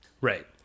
Right